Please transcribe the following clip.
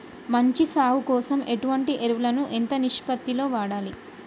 మంచి సాగు కోసం ఎటువంటి ఎరువులు ఎంత నిష్పత్తి లో వాడాలి?